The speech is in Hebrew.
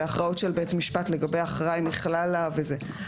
הכרעות של בית משפט לגבי הכרעה מכללה וכולי,